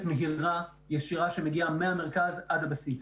מהירה ישירה שמגיעה מהמרכז עד הבסיס.